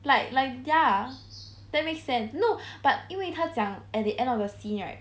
like like ya that makes sense no but 因为他讲 at the end of the scene right